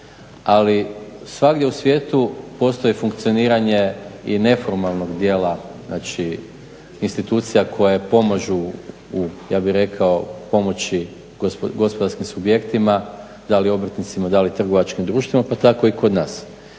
Ali svagdje u svijetu postoji funkcioniranje i neformalnog dijela, znači institucija koje pomažu u ja bih rekao pomoći gospodarskim subjektima, da li obrtnicima, da li trgovačkim društvima, pa tako i kod nas.